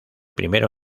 primero